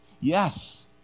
Yes